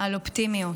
על אופטימיות.